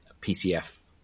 PCF